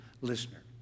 listener